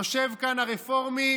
יושב כאן הרפורמי,